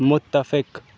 متفق